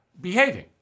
behaving